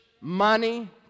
money